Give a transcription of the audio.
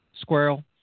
Squirrel